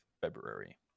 february